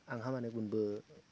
आंहा माने जेबो